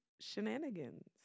shenanigans